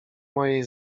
mojej